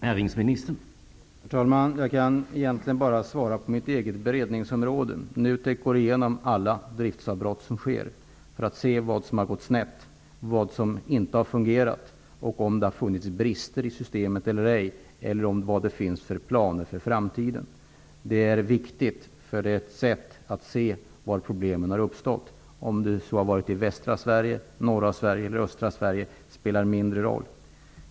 Herr talman! Jag kan egentligen svara bara för mitt eget beredningsområde. NUTEK går igenom alla driftavbrott som inträffar för att se vad som har gått snett och vad som inte har fungerat. Man undersöker också om det har funnits brister i systemet och vilka planer som finns för framtiden. Det är viktigt att ta reda på hur problemen har uppstått. Om det är i västra Sverige, norra Sverige eller östra Sverige spelar en mindre roll.